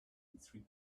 three